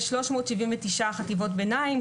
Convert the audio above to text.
יש 379 חטיבות ביניים,